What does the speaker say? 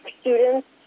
students